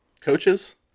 Coaches